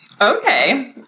Okay